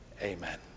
Amen